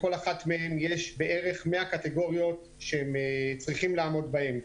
בכל אחת מהן יש בערך 100 קטיגוריות שהם צריכים לעמוד בהן.